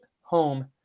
home